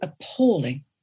appalling